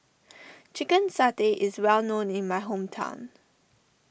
Chicken Satay is well known in my hometown